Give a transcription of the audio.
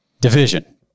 division